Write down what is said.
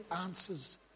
answers